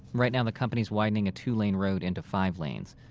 right now, the company's widening a two-lane road into five lanes.